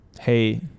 Hey